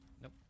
Nope